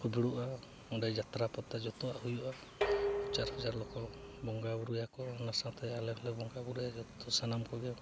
ᱠᱚ ᱫᱩᱲᱩᱵᱼᱟ ᱚᱸᱰᱮ ᱡᱟᱛᱨᱟ ᱯᱟᱛᱟ ᱡᱚᱛᱚᱣᱟᱜ ᱦᱩᱭᱩᱜᱼᱟ ᱦᱟᱡᱟᱨ ᱦᱟᱡᱟᱨ ᱦᱚᱲ ᱠᱚ ᱵᱚᱸᱜᱟᱼᱵᱩᱨᱩᱭᱟᱠᱚ ᱚᱱᱟ ᱥᱟᱶᱛᱮ ᱟᱞᱮ ᱦᱚᱸᱞᱮ ᱵᱚᱸᱜᱟᱼᱵᱩᱨᱩᱭᱟ ᱡᱚᱛᱚ ᱥᱟᱱᱟᱢ ᱠᱚᱜᱮ